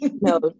No